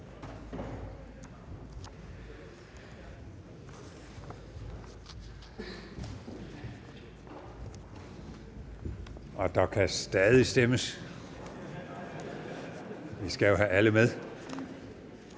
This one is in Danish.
og der kan stadig stemmes, vi skal jo have alle med.